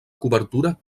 cobertura